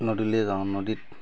নদীলৈ যাওঁ নদীত